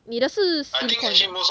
你的是 silicon ah